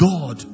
God